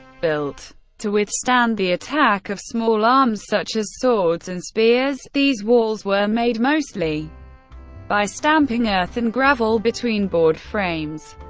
built to withstand the attack of small arms such as swords and spears, these walls were made mostly by stamping earth and gravel between board frames.